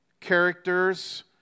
Characters